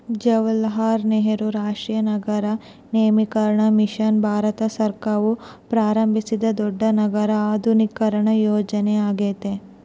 ಜವಾಹರಲಾಲ್ ನೆಹರು ರಾಷ್ಟ್ರೀಯ ನಗರ ನವೀಕರಣ ಮಿಷನ್ ಭಾರತ ಸರ್ಕಾರವು ಪ್ರಾರಂಭಿಸಿದ ದೊಡ್ಡ ನಗರ ಆಧುನೀಕರಣ ಯೋಜನೆಯ್ಯಾಗೆತೆ